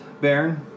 Baron